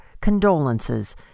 condolences